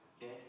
Yes